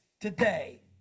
today